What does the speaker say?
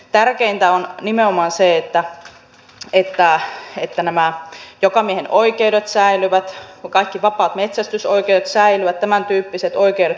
tärkeintä on nimenomaan se että nämä jokamiehenoikeudet säilyvät kaikki vapaat metsästysoikeudet säilyvät tämäntyyppiset oikeudet kansalaisilla